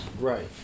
Right